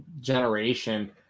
generation